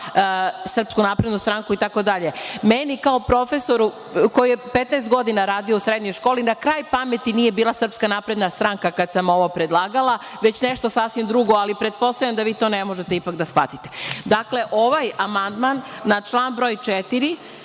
da bih napala SNS. Meni kao profesoru koji je 15 godina radio u srednjoj školi na kraj pameti nije bila SNS kad sam ovo predlagala, već nešto sasvim drugo, ali pretpostavljam da vi to ne možete ipak da shvatite. Dakle, ovaj amandman na član broj 4.